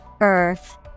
Earth